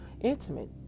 intimate